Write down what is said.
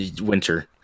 winter